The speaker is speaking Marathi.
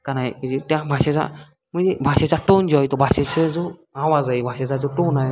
का नाही त्या भाषेचा म्हणजे भाषेचा टोन जो आहे तो भाषेचा जो आवाज आहे भाषेचा जो टोन आहे